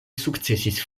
sukcesis